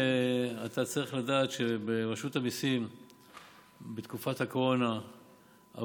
אתה צריך לדעת שבתקופת הקורונה ברשות המיסים